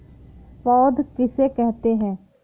पौध किसे कहते हैं?